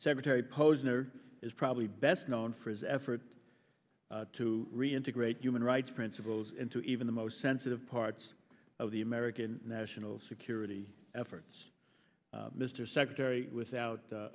secretary posner is probably best known for his efforts to reintegrate human rights principles into even the most sensitive parts of the american national security efforts mr secretary without